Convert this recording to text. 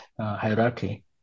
hierarchy